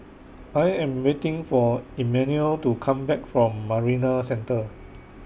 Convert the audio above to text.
I Am waiting For Emmanuel to Come Back from Marina Centre